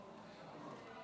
ברכות.